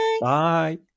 Bye